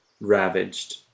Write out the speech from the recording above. ravaged